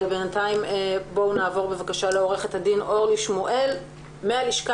בינתיים נעבור לעורכת הדין אורלי שמואל מהלשכה